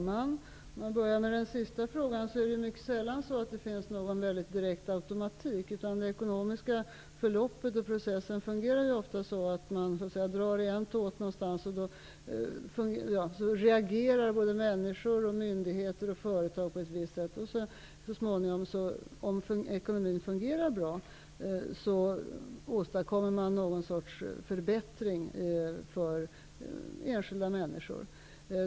Herr talman! Jag börjar med den avslutande frågan. Det finns mycket sällan någon direkt ekonomisk automatik. Det ekonomiska förloppet och den ekonomiska processen fungerar ofta så, att när man drar i en tåt reagerar människor, myndigheter och företag på ett visst sätt. Om ekonomin fungerar bra, åstadkommer man så småningom någon sorts förbättring för enskilda människor.